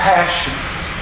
Passions